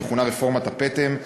המכונה "רפורמת הפטם",